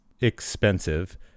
expensive